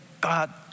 God